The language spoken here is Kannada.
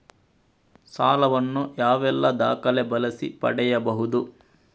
ಸಾಲ ವನ್ನು ಯಾವೆಲ್ಲ ದಾಖಲೆ ಬಳಸಿ ಪಡೆಯಬಹುದು?